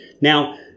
Now